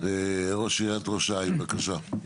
ראש עיריית ראש העין, בבקשה.